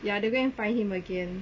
ya they go and find him again